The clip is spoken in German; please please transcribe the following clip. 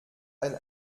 ein